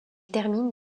termine